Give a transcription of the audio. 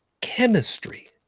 chemistry